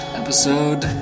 episode